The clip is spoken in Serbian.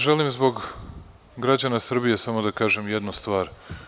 Želim zbog građana Srbije samo da kažem jednu stvar.